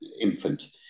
infant